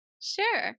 Sure